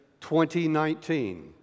2019